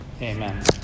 Amen